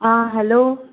आं हॅलो